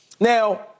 Now